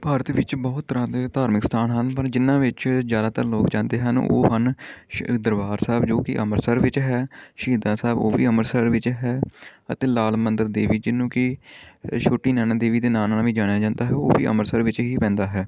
ਭਾਰਤ ਵਿੱਚ ਬਹੁਤ ਤਰ੍ਹਾਂ ਦੇ ਧਾਰਮਿਕ ਸਥਾਨ ਹਨ ਪਰ ਜਿਨ੍ਹਾਂ ਵਿੱਚ ਜ਼ਿਆਦਾਤਰ ਲੋਕ ਜਾਂਦੇ ਹਨ ਉਹ ਹਨ ਸ਼੍ਰੀ ਦਰਬਾਰ ਸਾਹਿਬ ਜੋ ਕਿ ਅੰਮ੍ਰਿਤਸਰ ਵਿੱਚ ਹੈ ਸ਼ਹੀਦਾਂ ਸਾਹਿਬ ਉਹ ਵੀ ਅੰਮ੍ਰਿਤਸਰ ਵਿੱਚ ਹੈ ਅਤੇ ਲਾਲ ਮੰਦਰ ਦੇਵੀ ਜਿਹਨੂੰ ਕਿ ਛੋਟੀ ਨੈਣਾ ਦੇਵੀ ਦੇ ਨਾਂ ਨਾਲ ਵੀ ਜਾਣਿਆ ਜਾਂਦਾ ਹੈ ਉਹ ਵੀ ਅੰਮ੍ਰਿਤਸਰ ਵਿੱਚ ਹੀ ਪੈਂਦਾ ਹੈ